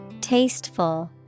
Tasteful